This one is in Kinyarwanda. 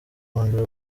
kongera